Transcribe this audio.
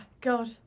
God